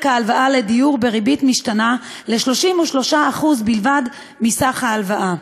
ההלוואה לדיור בריבית משתנה ל-33% בלבד מסך ההלוואה.